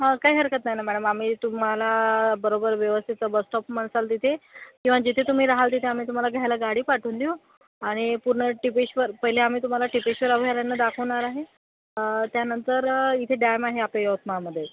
हां काय हरकत नाही ना मॅळम आम्ही तुम्हाला बरोबर व्यवस्थित बस स्टॉप म्हणशाल तिथे किंवा जिथे तुम्ही रहाल तिथे आम्ही तुम्हाला घ्यायला गाडी पाठवून देऊ आणि पूर्ण टिपेश्वर पहिले आम्ही तुम्हाला टिपेश्वर अभयारण्य दाखवणार आहे त्यानंतर इथे डॅम आहे आपल्या यवतमाळमध्ये